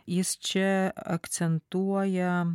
jis čia akcentuoja